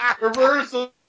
Reversal